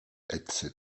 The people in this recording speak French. etc